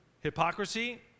hypocrisy